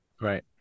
right